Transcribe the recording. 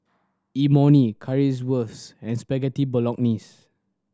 Imoni Currywurst and Spaghetti Bolognese